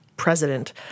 President